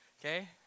okay